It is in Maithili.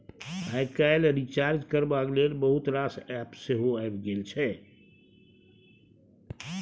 आइ काल्हि रिचार्ज करबाक लेल बहुत रास एप्प सेहो आबि गेल छै